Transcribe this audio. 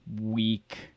week